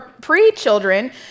pre-children